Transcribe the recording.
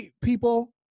people